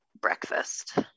breakfast